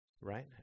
right